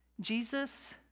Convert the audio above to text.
Jesus